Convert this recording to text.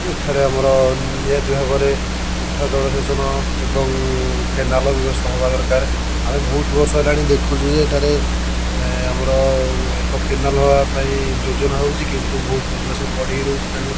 ଏଠାରେ ଆମର ନିହାତି ଭାବରେ ଉଠା ଜଳସେଚନ ଏବଂ କେନାଲ ବ୍ୟବସ୍ଥା ହେବା ଦରକାର ଆମେ ବହୁତ ବର୍ଷ ହେଲାଣି ଦେଖୁଛୁ ଯେ ଏଠାରେ ଆମର ଏକ କେନାଲ ହେବା ପାଇଁ ଯୋଜନା ହେଉଛି କିନ୍ତୁ ବହୁତ ବର୍ଷ ହେଲା ସିଏ ପଡ଼ିକି ରହୁଛି ତେଣୁ